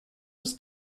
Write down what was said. was